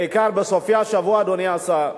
בעיקר בסופי השבוע, אדוני השר,